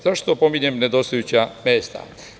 Zašto pominjem nedostajuća mesta?